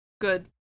Good